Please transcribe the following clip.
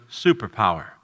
superpower